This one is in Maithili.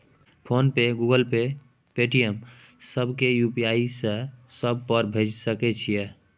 फोन पे, गूगल पे, पेटीएम, सब के यु.पी.आई से सब पर भेज सके छीयै?